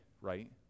right